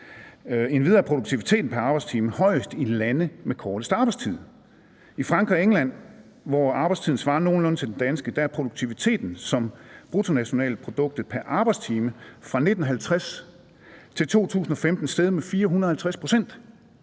Endvidere er produktiviteten pr. arbejdstime højest i lande med korteste arbejdstid. I Frankrig og England, hvor arbejdstiden svarer nogenlunde til den danske, er produktiviteten som bruttonationalproduktet pr. arbejdstime fra 1950 til 2015 steget med 450 pct.